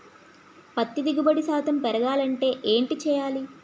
పత్తి దిగుబడి శాతం పెరగాలంటే ఏంటి చేయాలి?